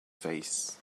face